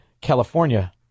California